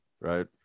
right